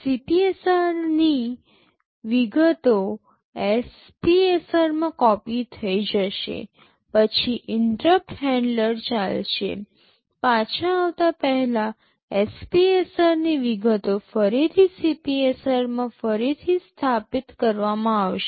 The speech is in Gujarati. CPSR ની વિગતો SPSR માં કોપિ થઈ જશે પછી ઇન્ટરપ્ટ હેન્ડલર ચાલશે પાછા આવતાં પહેલાં SPSR ની વિગતો ફરીથી CPSR માં ફરીથી સ્થાપિત કરવામાં આવશે